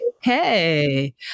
Hey